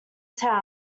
town